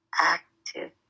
active